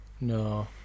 no